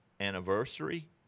anniversary